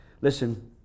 listen